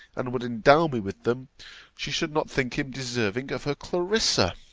and would endow me with them, she should not think him deserving of her clarissa!